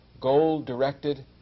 goal-directed